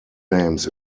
names